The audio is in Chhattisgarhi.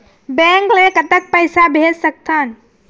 बैंक ले कतक पैसा भेज सकथन?